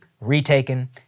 retaken